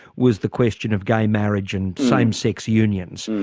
was the question of gay marriage and same sex unions.